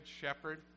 shepherd